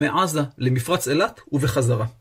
מעזה, למפרץ אילת, ובחזרה.